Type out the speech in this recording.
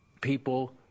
people